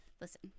listen